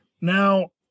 Now